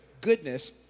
Goodness